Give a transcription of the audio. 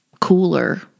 cooler